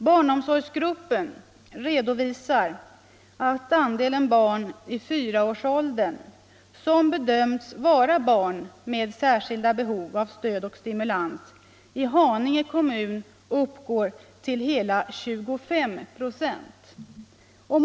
Barnomsorgsgruppen redovisar att andelen barn i fyraårsåldern som bedömts vara barn med särskilda behov av stöd och stimulans i Haninge kommun uppgår till hela 25 26.